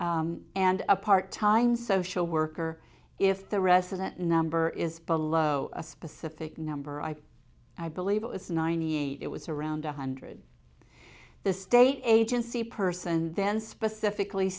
and a part time social worker if the resident number is below a specific number i i believe it was ninety eight it was around one hundred the state agency person then specifically